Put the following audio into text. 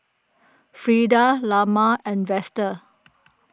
Frida Lamar and Vester